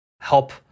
help